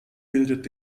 bildet